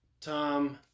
Tom